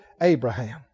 Abraham